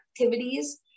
activities